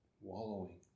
wallowing